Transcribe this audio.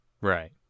right